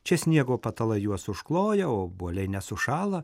čia sniego patalai juos užkloja obuoliai nesušąla